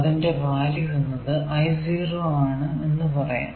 അതിന്റെ വാല്യൂ എന്നത് I0 ആണ് എന്ന് പറയാം